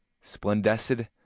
splendid